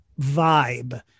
vibe